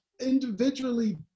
individually